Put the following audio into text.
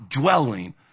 dwelling